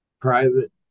private